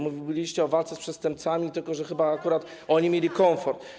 Mówiliście o walce z przestępcami, tylko że chyba akurat oni mieli komfort.